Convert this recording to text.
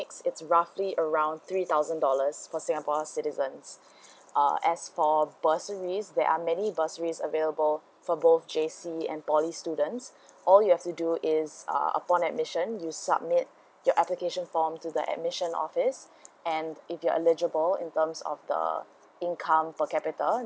its roughly around three thousand dollars for singapore citizens uh as for bursaries there are many bursaries available for both J_C and poly students all you have to do is uh upon admission you submit your application form to the admissions office and if you're eligible in terms of the income per capital